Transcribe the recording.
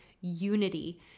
unity